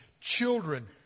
children